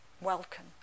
welcome